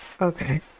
Okay